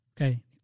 Okay